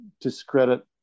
discredit